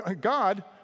God